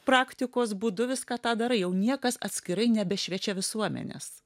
praktikos būdu viską tą darai jau niekas atskirai nebešviečia visuomenės